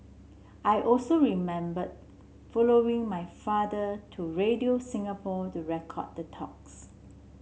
I also remember following my father to Radio Singapore to record the talks